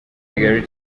kigali